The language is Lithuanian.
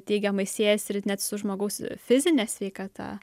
teigiamai siejasi ir net su žmogaus fizine sveikata